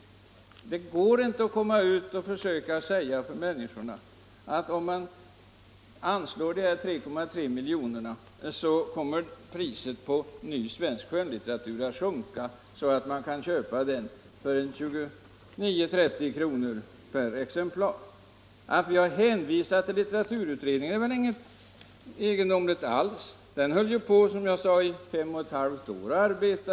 Det går inte att försöka säga till människorna att om vi anslår 3,3 miljoner kommer man att kunna köpa ny svensk skönlitteratur för ca 30 kronor per band. Att vi har hänvisat till litteraturutredningen är väl inget egendomligt. Den höll ju, som jag sade, på i fem och ett halvt år.